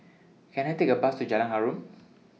Can I Take A Bus to Jalan Harum